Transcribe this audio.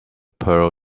pearl